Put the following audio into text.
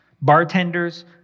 bartenders